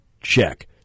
Check